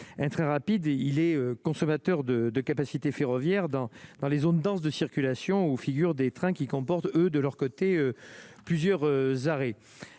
un très rapide et il est consommateur de de capacités ferroviaires dans dans les zones denses de circulation où figurent des trains qui comportent, eux, de leur côté, plusieurs arrêts